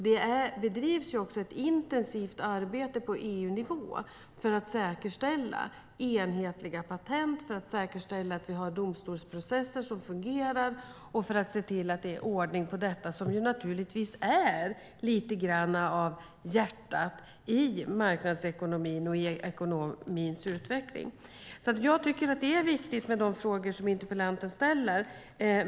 Det drivs också ett intensivt arbete på EU-nivå för att säkerställa enhetliga patent, för att säkerställa att vi har domstolsprocesser som fungerar och för att se till att det är ordning på detta, som naturligtvis lite grann är hjärtat i marknadsekonomin och i ekonomins utveckling. Jag tycker att det är viktigt med de frågor som interpellanten ställer.